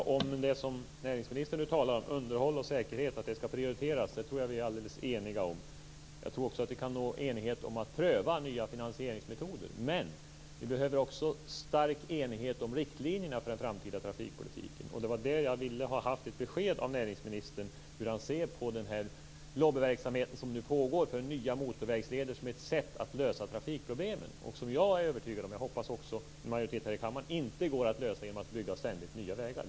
Fru talman! Näringsministern talar nu om att underhåll och säkerhet ska prioriteras. Det tror jag att vi är eniga om. Jag tror också att vi kan nå enighet om att man ska pröva nya finansieringsmetoder. Men vi behöver också enighet om riktlinjerna för den framtida trafikpolitiken. Jag hade velat ha ett besked från näringsministern om hur han ser på den lobbyverksamhet som nu pågår om nya motorvägsleder som ett sätt att lösa trafikproblemen. Jag, och jag hoppas också majoriteten i kammaren, är övertygad om att detta inte går att lösa genom att man ständigt bygger nya vägar.